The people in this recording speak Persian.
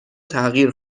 تغییر